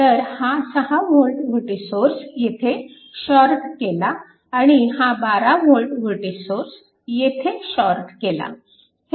तर हा 6V voltage source येथे शॉर्ट केला आणि हा 12V वोल्टेज सोर्स येथे शॉर्ट केला